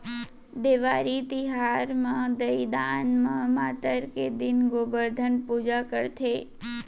देवारी तिहार म दइहान म मातर के दिन गोबरधन पूजा करथे